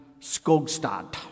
Skogstad